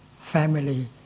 family